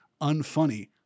unfunny